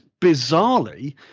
bizarrely